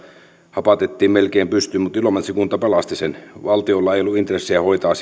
hapatettiin melkein pystyyn mutta ilomantsin kunta pelasti sen valtiolla ei ollut intressiä hoitaa